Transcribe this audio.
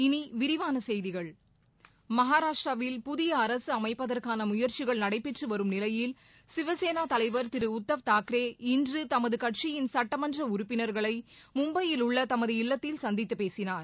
இனி விரிவான செய்திகள் மகாராஷ்டிராவில் புதிய அரசு அமைப்பதற்கான முயற்சிகள் நடைபெற்றுவரும் நிலையில் சிவசேனா தலைவர் திரு உத்தவ் தாக்கரே இன்று தமது கட்சியின் சுட்டமன்ற உறுப்பினர்களை மும்பையில் உள்ள தமது இல்லத்தில் சந்தித்து பேசினார்